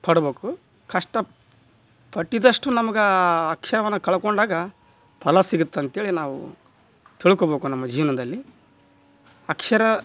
ಪಡ್ಬೇಕು ಕಷ್ಟ ಪಟ್ಟಿದ್ದಷ್ಟು ನಮ್ಗೆ ಕಳ್ಕೊಂಡಾಗ ಫಲ ಸಿಗತ್ತೆ ಅಂತೇಳಿ ನಾವು ತಿಳ್ಕೊಬೇಕು ನಮ್ಮ ಜೀವನದಲ್ಲಿ ಅಕ್ಷರ